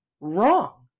wrong